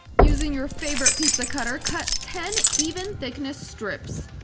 using your favorite pizza cutter, cut ten even thickness strips.